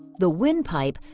the windpipe,